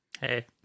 Hey